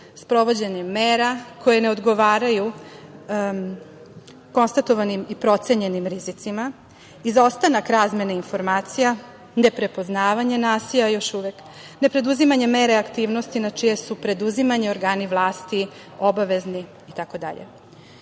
sprovođenje mera koje ne odgovaraju konstatovanim i procenjenim rizicima, izostanak razmene informacija, neprepoznavanje nasilja još uvek, ne preduzimanje mera aktivnosti na čije su preduzimanje organi vlasti obavezni itd. Deca